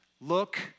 look